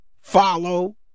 follow